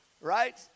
right